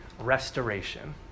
restoration